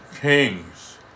kings